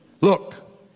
look